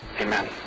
Amen